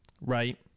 right